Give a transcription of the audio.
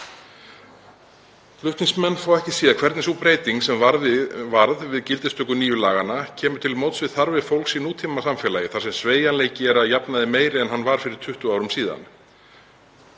Flutningsmenn fá ekki séð hvernig sú breyting sem varð við gildistöku nýju laganna kemur til móts við þarfir fólks í nútímasamfélagi þar sem sveigjanleiki er að jafnaði meiri en hann var fyrir 20 árum, við